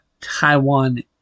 Taiwan